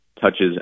touches